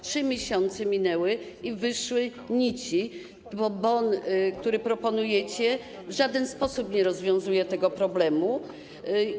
3 miesiące minęły i wyszły z tego nici, bo bon, który proponujecie, w żaden sposób nie rozwiązuje tego problemu.